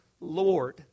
Lord